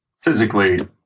physically